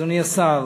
אדוני השר,